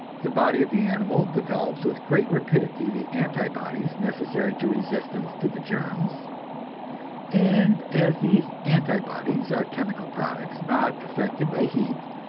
the body of the animal develops with great rapidity the anti-bodies necessary to resistance to the germs and as these anti-bodies are chemical products, not affected by heat,